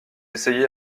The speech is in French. essayez